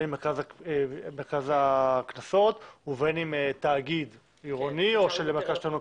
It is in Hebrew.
בין אם מרכז הקנסות ובין אם תאגיד עירוני או של מרכז שלטון מקומי.